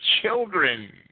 children